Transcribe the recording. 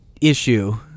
issue